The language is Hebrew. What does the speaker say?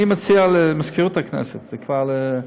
אני מציע למזכירות הכנסת, זה כבר,